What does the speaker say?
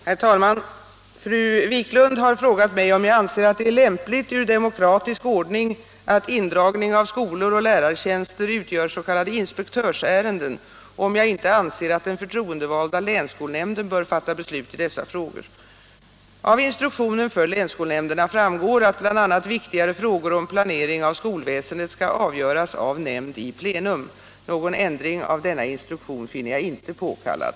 Herr talman! Fru Wiklund har frågat mig om jag anser att det är lämpligt ur demokratisk ordning att indragning av skolor och lärartjänster utgör s.k. inspektörsärenden och om jag inte anser att den förtroendevalda länsskolnämnden bör fatta beslut i dessa frågor. Av instruktionen för länsskolnämnderna framgår att bl.a. viktigare frågor om planering av skolväsendet skall avgöras av nämnd i plenum. Någon ändring av denna instruktion finner jag inte påkallad.